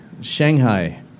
Shanghai